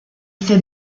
fait